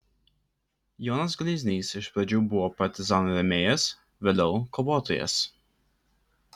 jonas gleiznys iš pradžių buvo partizanų rėmėjas vėliau kovotojas